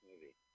movie